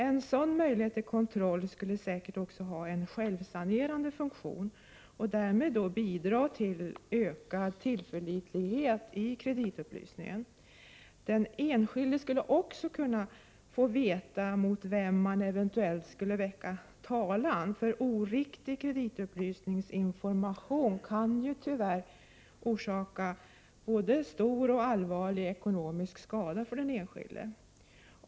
En sådan möjlighet till kontroll skulle säkert också ha en självsanerande funktion och därmed bidra till ökad tillförlitlighet i kreditupplysningen. Den enskilde skulle också kunna få veta mot vem man eventuellt skall väcka talan. Oriktig kreditupplysningsinformation kan ju tyvärr orsaka både stor och allvarlig ekonomisk skada för den enskilde.